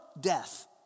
death